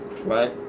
right